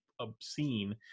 obscene